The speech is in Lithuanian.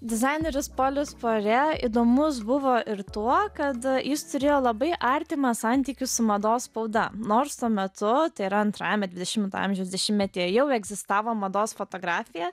dizaineris polis puare įdomus buvo ir tuo kad jis turėjo labai artimą santykį su mados spauda nors tuo metu tai yra antrajame dvidešimto amžiaus dešimtmetyje jau egzistavo mados fotografija